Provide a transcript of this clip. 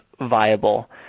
viable